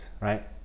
right